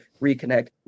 reconnect